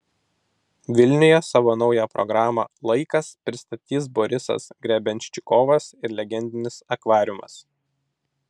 vilniuje savo naują programą laikas pristatys borisas grebenščikovas ir legendinis akvariumas